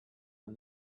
and